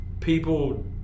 people